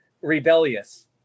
rebellious